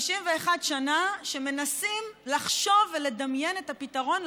51 שנה מנסים לחשוב ולדמיין את הפתרון,